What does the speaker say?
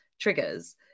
triggers